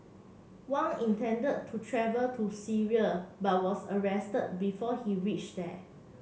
Wang intended to travel to Syria but was arrested before he reached there